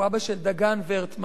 והוא אבא של דגן ורטמן,